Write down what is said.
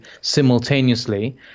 simultaneously